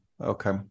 okay